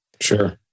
Sure